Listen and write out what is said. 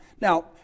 Now